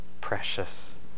precious